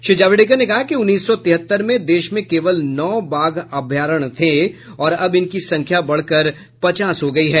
श्री जावडेकर ने कहा कि उन्नीस सौ तिहत्तर में देश में केवल नौ बाघ अभयारण्य थे और अब इनकी संख्या बढकर पचास हो गई है